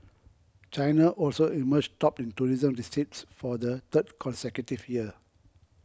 China also emerged top in tourism receipts for the third consecutive year